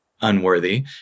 unworthy